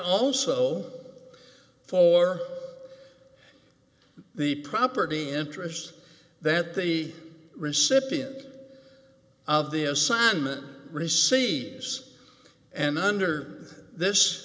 also for the property interest that the recipient of the assignment receives and under this